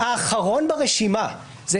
-- מי שילך הביתה זה האחרון ברשימה,